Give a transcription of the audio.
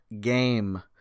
game